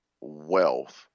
wealth